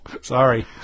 sorry